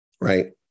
right